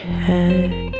head